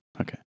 Okay